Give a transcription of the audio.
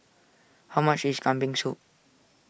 how much is Kambing Soup